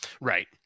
Right